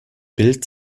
bild